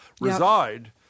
reside